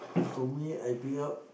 for me I bring out